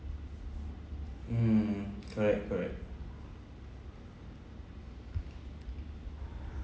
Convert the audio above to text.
mm correct correct